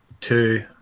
two